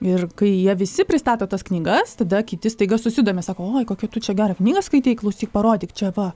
ir kai jie visi pristato tas knygas tada kiti staiga susidomi sako oi kokią tu čia gerą knygą skaitei klausyk parodyk čia va